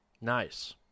Nice